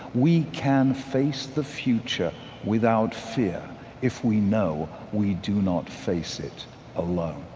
we can face the future without fear if we know we do not face it alone